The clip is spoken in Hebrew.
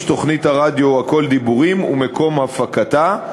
תוכנית הרדיו "הכול דיבורים" ומקום הפקתה,